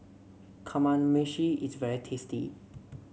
Kamameshi is very tasty